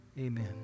amen